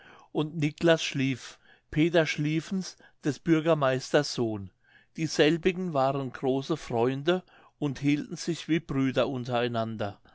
und niclas schlieff peter schlieffens des bürgermeisters sohn dieselbigen waren große freunde und hielten sich wie brüder untereinander